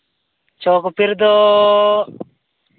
ᱪᱷᱚ ᱠᱚᱯᱤ ᱨᱮᱫᱚ